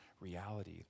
reality